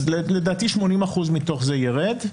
לדעתי 80% מתוך זה ירד.